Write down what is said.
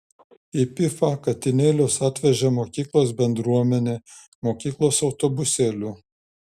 į pifą katinėlius atvežė mokyklos bendruomenė mokyklos autobusėliu